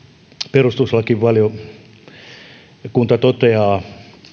perustuslakivaliokunta toteaa